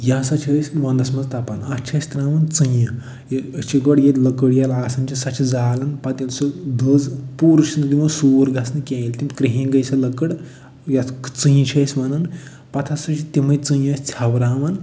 یہِ ہسا چھِ أسۍ ونٛدس منٛز تپان اتھ چھِ أسۍ ترٛاوان ژٕنہِ یہِ أسۍ چھِ گۄڈٕ ییٚتہِ لٔکٕر ییٚلہٕ آسان چھِ سۄ چھِ زالان پتہٕ ییٚلہِ سُہ دٔز پوٗرٕ چھِنہٕ دِوان سوٗر گژھنہٕ کیٚنٛہہ ییٚلہِ تِم کِرٛہِنۍ گٔے سۄ لٔکٕر یَتھ ژٕنہِ چھِ أسۍ وَنان پتہٕ ہَسا چھُ تِمَے ژٕنہِ أسۍ ژھٮ۪وراوان